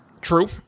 True